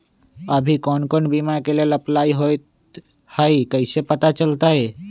अभी कौन कौन बीमा के लेल अपलाइ होईत हई ई कईसे पता चलतई?